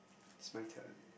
it's my turn